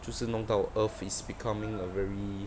就是弄到 earth is becoming a very